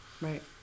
right